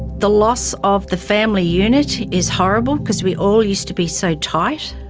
the loss of the family unit is horrible, because we all used to be so tight.